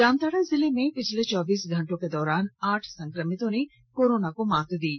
जामताड़ा जिले में पिछले चौबीस घंटे के दौरान आठ संक्रमितों ने कोरोना को मात दी है